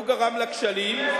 הוא גרם לכשלים,